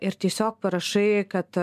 ir tiesiog parašai kad